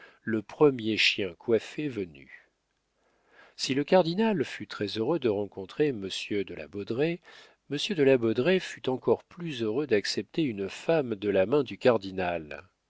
le premier chien coiffé venu si le cardinal fut très-heureux de rencontrer monsieur de la baudraye monsieur de la baudraye fut encore plus heureux d'accepter une femme de la main du cardinal